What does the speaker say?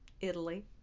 Italy